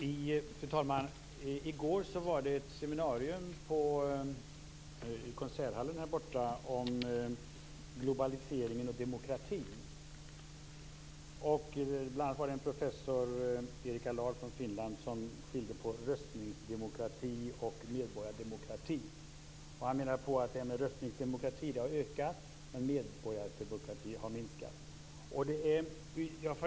Fru talman! I går var det ett seminarium i Konserthuset om Globaliseringen och demokratin. Bl.a. var det en professor, Erik Allardt från Finland, som skilde på röstningsdemokrati och medborgardemokrati. Han menade att röstningsdemokrati har ökat men att medborgardemokrati har minskat.